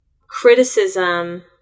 criticism